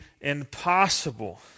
impossible